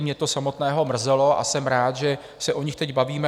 Mě to samotného mrzelo a jsem rád, že se o nich teď bavíme.